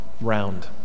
round